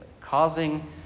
Causing